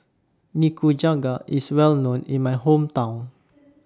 Nikujaga IS Well known in My Hometown